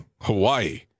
hawaii